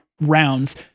rounds